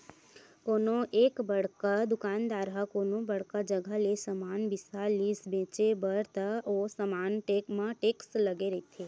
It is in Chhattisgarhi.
कोनो एक बड़का दुकानदार ह कोनो बड़का जघा ले समान बिसा लिस बेंचे बर त ओ समान म टेक्स लगे रहिथे